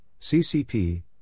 CCP